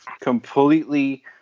completely